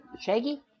Shaggy